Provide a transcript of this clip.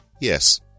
Yes